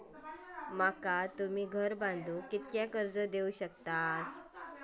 माका तुम्ही घर बांधूक किती कर्ज देवू शकतास?